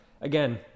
again